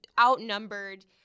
outnumbered